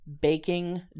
baking